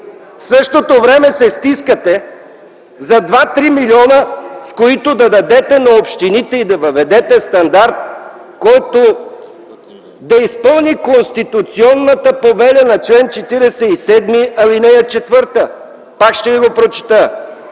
В същото време се стискате за 2-3 милиона, които да дадете на общините и да въведете стандарт, който да изпълни конституционната повеля на чл. 47, ал. 4. Пак ще ви го прочета: